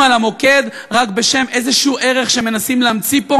על המוקד רק בשם איזשהו ערך שמנסים להמציא פה,